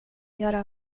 göra